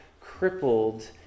crippled